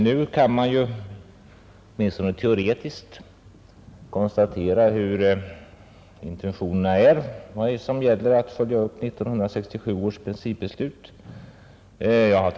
Nu kan man, åtminstone teoretiskt, se hurudana intentionerna är när det gäller att följa upp 1967 års principbeslut om jordbruket.